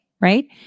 right